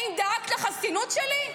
האם דאגת לחסינות שלי?